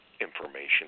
information